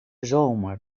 zomer